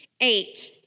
eight